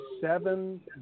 seven